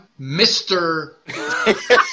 Mr